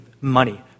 money